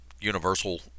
universal